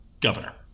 governor